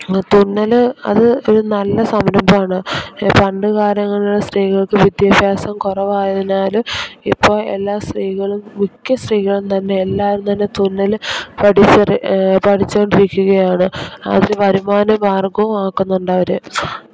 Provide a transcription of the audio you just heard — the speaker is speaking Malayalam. തുന്നൽ അത് ഒരു നല്ല സംരംഭം ആണ് പണ്ടുകാലങ്ങളിലുള്ള സ്ത്രീകൾക്ക് വിദ്യാഭ്യാസം കുറവായതിനാലും ഇപ്പോൾ എല്ല സ്ത്രീകളും മിക്ക സ്ത്രീകളും തന്നെ എല്ലാവരും തന്നെ തുന്നൽ പഠിച്ചു ഒരു പഠിച്ചു കൊണ്ടിരിക്കുകയാണ് അതൊരു വരുമാന മാർഗവും ആക്കുന്നുണ്ട് അവർ